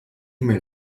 mail